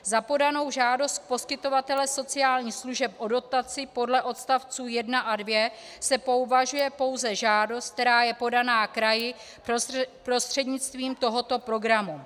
Za podanou žádost poskytovatele sociálních služeb o dotaci podle odstavců 1 a 2 se považuje pouze žádost, která je podaná kraji prostřednictvím tohoto programu.